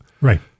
Right